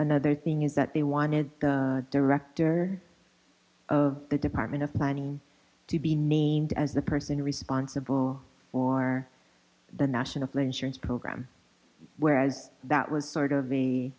another thing is that they wanted the director of the department of mining to be maimed as the person responsible for the national flood insurance program whereas that was sort of